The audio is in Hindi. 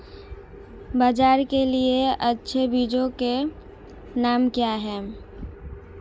बाजरा के लिए अच्छे बीजों के नाम क्या हैं?